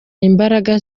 imbaraga